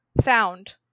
sound